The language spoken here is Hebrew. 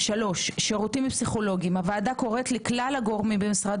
3. שירותים פסיכולוגיים: הוועדה קוראת לכלל הגורמים במשרד